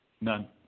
None